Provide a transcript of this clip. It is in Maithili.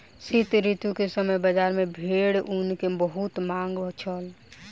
शीत ऋतू के समय बजार में भेड़क ऊन के बहुत मांग छल